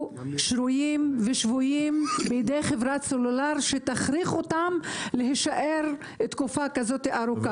שרויים ושבויים בידי חברת סלולר שתכריח אותם להישאר תקופה ארוכה.